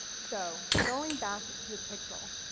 so going back to pixel,